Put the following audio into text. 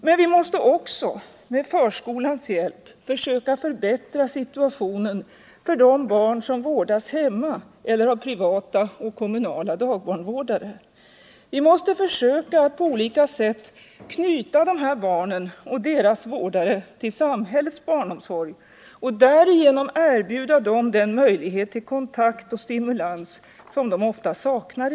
Men vi måste också med förskolans hjälp förbättra situationen för de barn som vårdas hemma eller av privata och kommunala dagbarnvårdare. Vi måste försöka att på olika sätt knyta de här barnen och deras vårdare till samhällets barnomsorg och därigenom erbjuda dem den möjlighet till kontakt och stimulans som de i dag saknar.